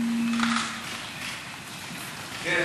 אוקיי,